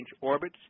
orbits